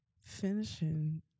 finishing